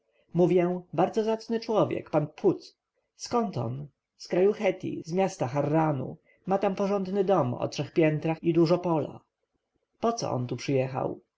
mówię bardzo zacny człowiek pan phut skąd on z kraju chetji z miasta harranu ma tam porządny dom o trzech piętrach i dużo pola poco on tu przyjechał